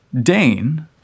Dane